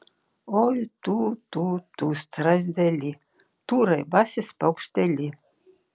oi tu tu tu strazdeli tu raibasis paukšteli